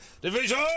Division